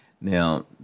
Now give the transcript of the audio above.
Now